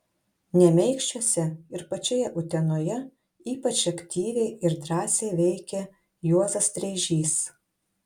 nemeikščiuose ir pačioje utenoje ypač aktyviai ir drąsiai veikė juozas streižys